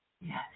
Yes